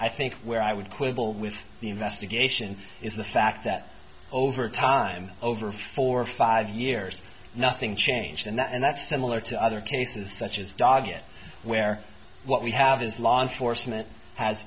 i think where i would quibble with the investigation is the fact that over time over four or five years nothing changed in that and that's similar to other cases such as doggett where what we have is law enforcement has